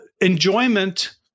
Enjoyment